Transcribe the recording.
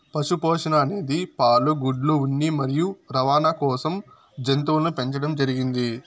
పశు పోషణ అనేది పాలు, గుడ్లు, ఉన్ని మరియు రవాణ కోసం జంతువులను పెంచండం జరిగింది